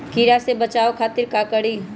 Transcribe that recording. कीरा से बचाओ खातिर का करी?